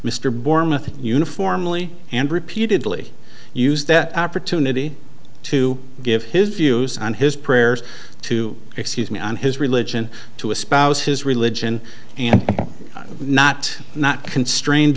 mr boerma uniformly and repeatedly used that opportunity to give his views on his prayers to excuse me on his religion to espouse his religion and not not constrained